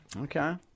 Okay